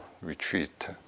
retreat